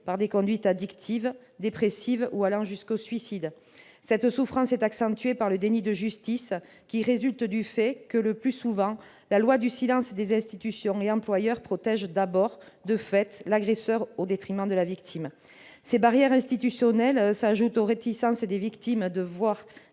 par des conduites addictives, dépressives, voire les pousser au suicide. Cette souffrance est accentuée par le déni de justice qui résulte du fait que, le plus souvent, la loi du silence des institutions et employeurs protège, de fait, l'agresseur au détriment de la victime. Ces barrières institutionnelles s'ajoutent aux réticences des victimes à voir